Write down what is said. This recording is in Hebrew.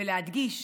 ולהדגיש